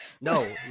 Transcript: No